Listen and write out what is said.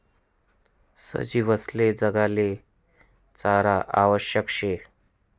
सजीवसले जगाले चारा आवश्यक शे